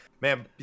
Man